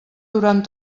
durant